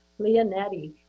leonetti